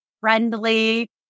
friendly